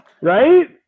Right